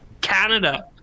canada